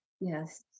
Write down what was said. Yes